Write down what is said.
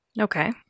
Okay